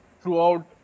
throughout